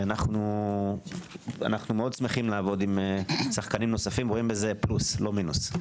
אנו מאוד שמחים לעבוד עם שחקנים נוספים ורואים בזה פלוס ולא מינוס.